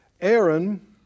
Aaron